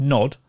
Nod